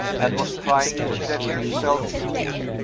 and was trying to deafen himself to it.